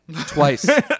twice